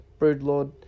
Broodlord